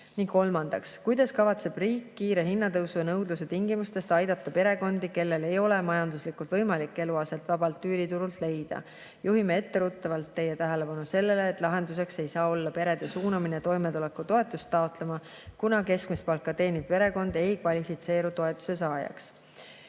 Kolmandaks: "Kuidas kavatseb riik kiire hinnatõusu ja nõudluse tingimustes aidata perekondi, kellel ei ole majanduslikult võimalik eluaset vabalt üüriturult leida? Juhime etteruttavalt Teie tähelepanu sellele, et lahenduseks ei saa olla perede suunamine toimetulekutoetust taotlema, kuna keskmist palka teeniv perekond ei kvalifitseeru toetuse saajaks."